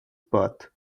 path